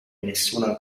nessuna